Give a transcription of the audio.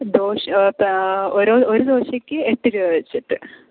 ദോശ ഓരോ ഒരു ദോശയ്ക്ക് എട്ട് രൂപ വെച്ചിട്ട്